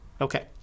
Okay